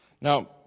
Now